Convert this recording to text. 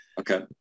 Okay